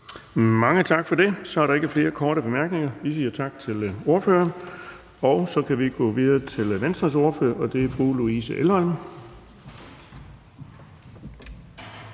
Mange tak. Så er der ikke flere korte bemærkninger. Vi siger tak til ordføreren. Så kan vi gå videre til Venstres ordfører, og det er fru Louise Elholm.